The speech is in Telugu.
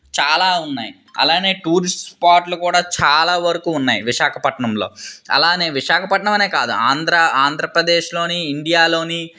చాలా ఉన్నాయి అలానే టూరిస్ట్ స్పాట్లు కూడా చాలా వరకు ఉన్నాయి విశాఖపట్నంలో అలానే విశాఖపట్నం అనే కాదు ఆంధ్రా ఆంధ్రప్రదేశ్లోని ఇండియాలోని